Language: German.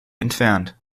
entfernt